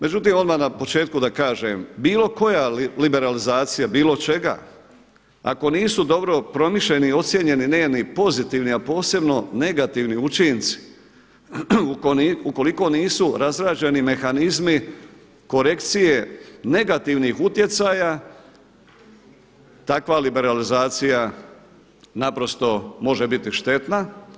Međutim, odmah na početku da kažem bilo koja liberalizacija bilo čega ako nisu dobro promišljeni i ocijenjeni njeni pozitivni, a posebno negativni učinci, ukoliko nisu razrađeni mehanizmi korekcije negativnih utjecaja takva liberalizacija naprosto može biti štetna.